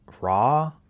raw